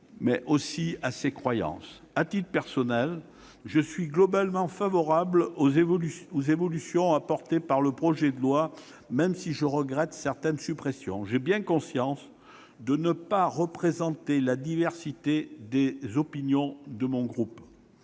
mais aussi à ses croyances. À titre personnel, je suis globalement favorable aux évolutions apportées par ce projet de loi, même si je regrette certaines suppressions. J'ai bien conscience de ne pas représenter la diversité des opinions de mon groupe.